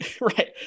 Right